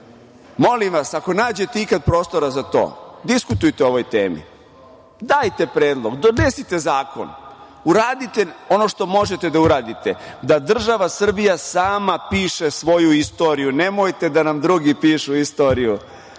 vas, ako nađete ikad prostora za to, diskutujte o ovoj temi, dajte predlog, donesite zakon, uradite ono što možete da uradite da država Srbija sama piše svoju istoriju, nemojte da nam drugi pišu istoriju.